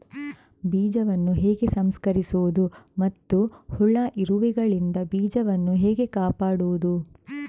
ಬೀಜವನ್ನು ಹೇಗೆ ಸಂಸ್ಕರಿಸುವುದು ಮತ್ತು ಹುಳ, ಇರುವೆಗಳಿಂದ ಬೀಜವನ್ನು ಹೇಗೆ ಕಾಪಾಡುವುದು?